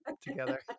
together